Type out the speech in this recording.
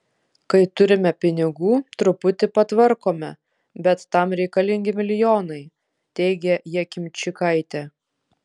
kai turime pinigų truputį patvarkome bet tam reikalingi milijonai teigia jakimčikaitė